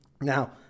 Now